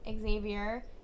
Xavier